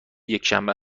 یکشنبه